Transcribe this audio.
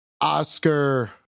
Oscar